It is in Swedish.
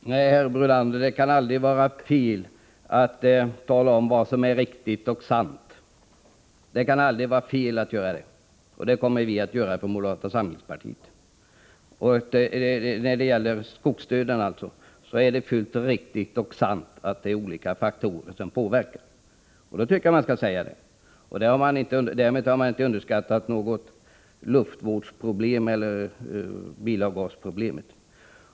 Herr talman! Nej, herr Brunander, det kan aldrig vara fel att tala om vad som är riktigt och sant — och det kommer vi från moderata samlingspartiet att göra. När det gäller skogsdöden är det riktigt och sant att det är olika faktorer som påverkar. Då tycker jag att man skall säga det. Därmed har man inte underskattat luftvårdsproblemet eller bilavgasproblemet.